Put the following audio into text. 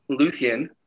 Luthien